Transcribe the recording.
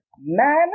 Man